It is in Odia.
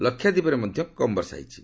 ଲକ୍ଷାଦ୍ୱୀପରେ ମଧ୍ୟ କମ୍ ବର୍ଷା ହୋଇଛି